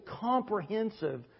comprehensive